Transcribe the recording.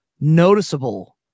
noticeable